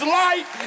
light